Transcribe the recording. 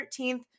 13th